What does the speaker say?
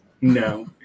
No